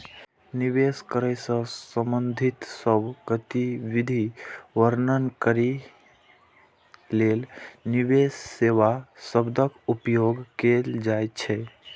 निवेश करै सं संबंधित सब गतिविधि वर्णन करै लेल निवेश सेवा शब्दक उपयोग कैल जाइ छै